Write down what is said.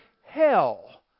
hell